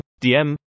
DM